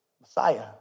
Messiah